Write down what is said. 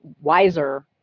wiser